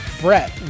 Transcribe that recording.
Brett